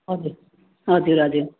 हजुर हजुर हजुर